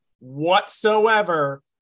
whatsoever